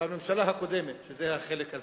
בממשלה הקודמת, שזה החלק הזה,